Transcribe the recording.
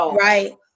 Right